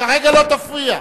כרגע לא תפריע.